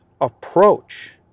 approach